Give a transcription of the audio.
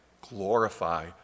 glorify